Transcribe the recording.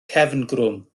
cefngrwm